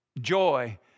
Joy